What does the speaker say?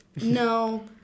No